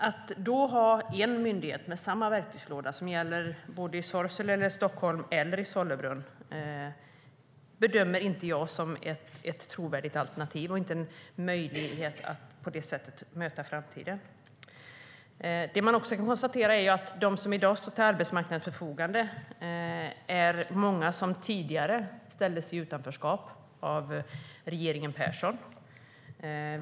Att då ha en myndighet med samma verktygslåda som gäller i Sorsele, Stockholm och Sollebrunn bedömer inte jag som ett trovärdigt alternativ. Det är inte en möjlighet att på det sättet möta framtiden. Man kan också konstatera att de som i dag står till arbetsmarknadens förfogande är många som tidigare ställdes i utanförskap av regeringen Persson.